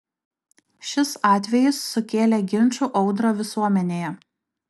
šis atvejis sukėlė ginčų audrą visuomenėje